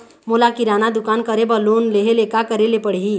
मोला किराना दुकान करे बर लोन लेहेले का करेले पड़ही?